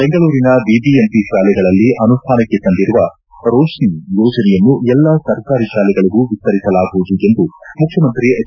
ಬೆಂಗಳೂರಿನ ಬಿಬಿಎಂಪಿ ತಾಲೆಗಳಲ್ಲಿ ಆನುಷ್ಠಾನಕ್ಕೆ ತಂದಿರುವ ರೋಶ್ನಿ ಯೋಜನೆಯನ್ನು ಎಲ್ಲಾ ಸರ್ಕಾರಿ ತಾಲೆಗಳಗೂ ವಿಸ್ತರಿಸಲಾಗುವುದು ಎಂದು ಮುಖ್ಯಮಂತ್ರಿ ಎಚ್